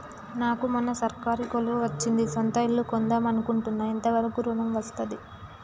నాకు మొన్న సర్కారీ కొలువు వచ్చింది సొంత ఇల్లు కొన్దాం అనుకుంటున్నా ఎంత వరకు ఋణం వస్తది?